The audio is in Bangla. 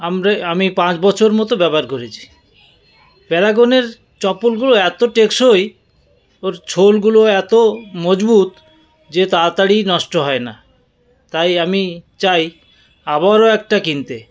আমরা আমি পাঁচ বছর মতো ব্যবহার করেছি প্যারাগনের চপ্পলগুলো এত টেকসই ওর সোলগুলো এত মজবুত যে তাড়াতাড়ি নষ্ট হয় না তাই আমি চাই আবারও একটা কিনতে